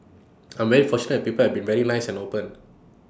I'm very fortunate that people have been very nice and open